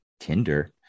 Tinder